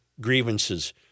grievances